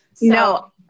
No